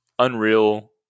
unreal